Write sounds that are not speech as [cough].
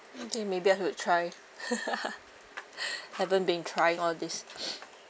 okay maybe I should try [laughs] [breath] haven't been trying all these [breath]